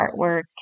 artwork